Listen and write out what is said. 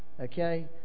Okay